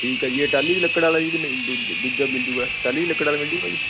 ਠੀਕ ਹੈ ਜੀ ਇਹ ਟਾਹਲੀ ਦੀ ਲੱਕੜ ਵਾਲਾ ਜੀ ਕਿ ਨਹੀਂ ਦੂ ਦੂਜਾ ਮਿਲ ਜਾਊਗਾ ਟਾਹਲੀ ਦੀ ਲੱਕੜ ਵਾਲਾ ਮਿਲ ਜੂਗਾ ਜੀ